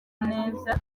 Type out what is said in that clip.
neza